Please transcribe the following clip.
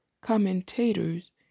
commentators